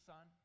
Son